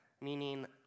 Meaning